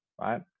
right